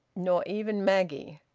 nor even maggie!